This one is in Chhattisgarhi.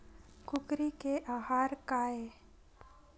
कुकरी के आहार काय?